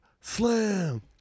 Slam